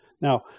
Now